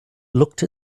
looked